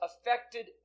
affected